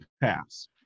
pass